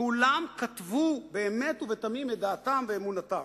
כולם כתבו באמת ובתמים את דעתם ואמונתם.